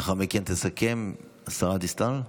לאחר מכן תסכם השרה דיסטל.